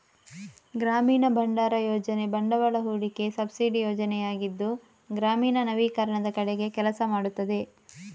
ಗ್ರಾಮೀಣ ಭಂಡಾರ ಯೋಜನೆ ಬಂಡವಾಳ ಹೂಡಿಕೆ ಸಬ್ಸಿಡಿ ಯೋಜನೆಯಾಗಿದ್ದು ಗ್ರಾಮೀಣ ನವೀಕರಣದ ಕಡೆಗೆ ಕೆಲಸ ಮಾಡುತ್ತದೆ